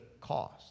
cost